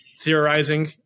theorizing